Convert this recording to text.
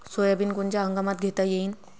Soybean कोनच्या हंगामात घेता येईन?